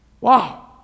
Wow